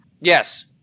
Yes